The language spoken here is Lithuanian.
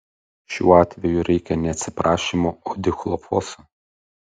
šiuo atveju reikia ne atsiprašymų o dichlofoso